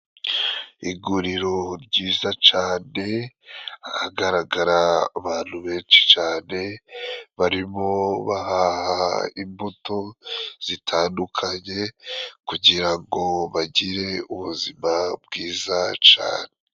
Iguriro ryiza cane ahagaragara abantu benshi cane barimo bahaha imbuto zitandukanye kugira ngo bagire ubuzima bwiza cane.